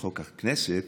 לחוק הכנסת